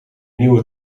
nieuwe